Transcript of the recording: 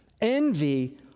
Envy